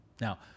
Now